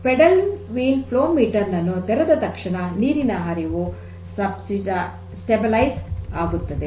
paddle wheel flow meter ನನ್ನು ತೆರೆದ ತಕ್ಷಣ ನೀರಿನ ಹರಿವು ಸ್ಥಿರವಾಗುತ್ತದೆ ಆಗುತ್ತದೆ